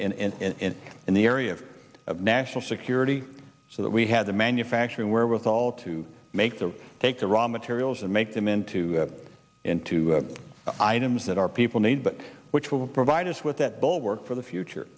in the area of national security so that we have the manufacturing wherewithal to make the take the raw materials and make them into the into the items that our people need but which will provide us with that goal work for the future